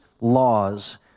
laws